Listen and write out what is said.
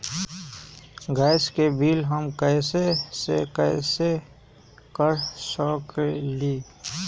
Gas के बिलों हम बैंक से कैसे कर सकली?